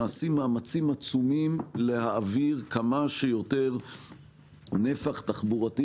נעשים מאמצים עצומים להעביר כמה שיותר נפח תחבורתי